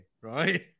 right